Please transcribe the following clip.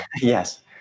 yes